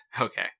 Okay